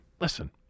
listen